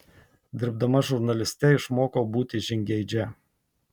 dirbdama žurnaliste išmokau būti žingeidžia